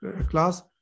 class